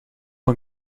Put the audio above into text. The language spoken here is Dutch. een